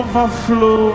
Overflow